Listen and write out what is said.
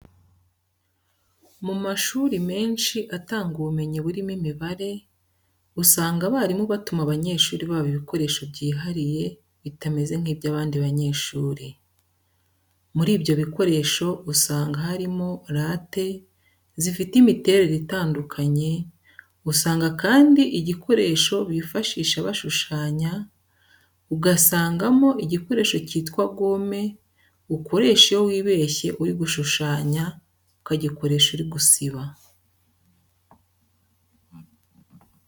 Mu mashuri menshi atanga ubumenyi burimo imibare, usanga abarimu batuma abanyeshuri babo ibikoresho byihariye bitameze nk'iby'abandi banyeshuri. Muri ibyo bikoresho usanga harimo rate zifite imiterere itandukanye, usangamo kandi igikoresho bifashisha bashushanya, ugasangamo igikoresho cyitwa gome ukoresha iyo wibeshye uri gushushanya, ukagikoresha uri gusiba.